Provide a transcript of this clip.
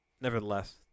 Nevertheless